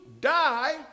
die